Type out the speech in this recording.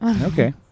Okay